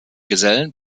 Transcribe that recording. gesellen